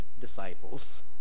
disciples